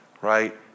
right